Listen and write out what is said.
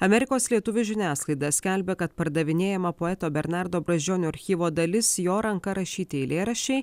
amerikos lietuvių žiniasklaida skelbia kad pardavinėjama poeto bernardo brazdžionio archyvo dalis jo ranka rašyti eilėraščiai